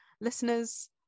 listeners